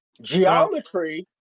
Geometry